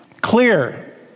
Clear